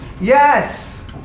Yes